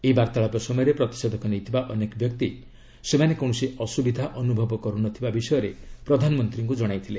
ଏହି ବାର୍ତ୍ତାଳାପ ସମୟରେ ପ୍ରତିଷେଧକ ନେଇଥିବା ଅନେକ ବ୍ୟକ୍ତି ସେମାନେ କୌଣସି ଅସୁବିଧା ଅନୁଭବ କରୁନଥିବା ବିଷୟରେ ପ୍ରଧାନମନ୍ତ୍ରୀଙ୍କୁ ଜଣାଇଥିଲେ